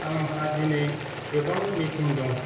आंहा दिनै गोबां मिटिं दं